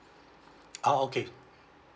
ah okay